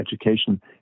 education